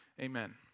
Amen